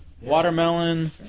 Watermelon